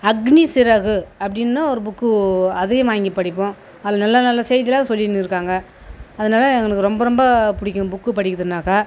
அக்னி சிறகு அப்படின்னு ஒரு புக்கு அதையும் வாங்கிப் படிப்போம் அதில் நல்ல நல்ல செய்திலாம் சொல்லின்னு இருக்காங்க அதனால் எனக்கு ரொம்ப ரொம்ப பிடிக்கும் புக்கு படிக்கிறதுனாக்க